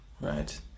right